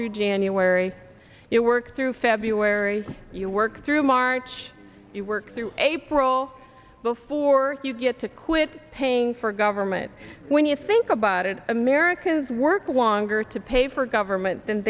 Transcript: through january it works through february you work through march you work through april before you get to quit paying for government when you think about it americans work water to pay for government than